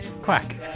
Quack